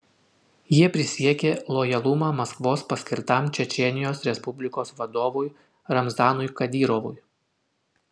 jie prisiekė lojalumą maskvos paskirtam čečėnijos respublikos vadovui ramzanui kadyrovui